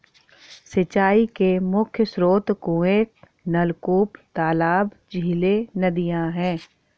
सिंचाई के मुख्य स्रोत कुएँ, नलकूप, तालाब, झीलें, नदियाँ हैं